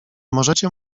możecie